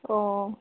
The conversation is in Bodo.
अ